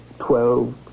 Twelve